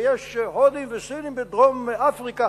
ויש הודים וסינים בדרום-אפריקה,